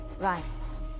rights